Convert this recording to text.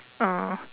uh